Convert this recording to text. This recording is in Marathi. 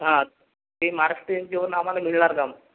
हा ते महाराष्ट्रीयन जेवण आम्हाला मिळणार का